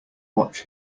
watch